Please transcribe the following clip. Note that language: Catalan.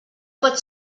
pot